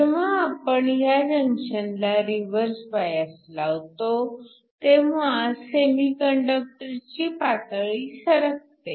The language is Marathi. जेव्हा आपण ह्या जंक्शनला रिव्हर्स बायस लावतो तेव्हा सेमीकंडक्टरची पातळी सरकते